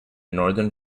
northern